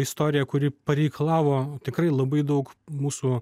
istoriją kuri pareikalavo tikrai labai daug mūsų